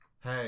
Hey